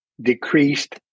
decreased